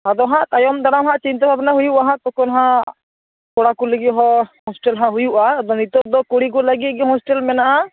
ᱟᱫᱚ ᱦᱟᱸᱜ ᱛᱟᱭᱚᱢ ᱫᱟᱨᱟᱢ ᱦᱟᱸᱜ ᱪᱤᱱᱛᱟᱹ ᱵᱷᱟᱵᱱᱟ ᱦᱩᱭᱩᱜᱼᱟ ᱦᱟᱸᱜ ᱛᱚᱠᱷᱚᱱ ᱦᱟᱸᱜ ᱠᱚᱲᱟᱠᱚ ᱞᱟᱹᱜᱤᱫ ᱦᱟᱸ ᱦᱚᱥᱴᱮᱞ ᱫᱚ ᱦᱩᱭᱩᱜᱼᱟ ᱟᱫᱚ ᱱᱤᱛᱳᱜ ᱫᱚ ᱠᱩᱲᱤᱠᱚ ᱞᱟᱹᱜᱤᱫ ᱜᱮ ᱦᱚᱥᱴᱮᱞ ᱢᱮᱱᱟᱜᱼᱟ